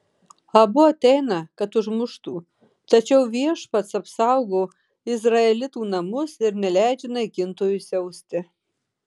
abu ateina kad užmuštų tačiau viešpats apsaugo izraelitų namus ir neleidžia naikintojui siausti